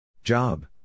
Job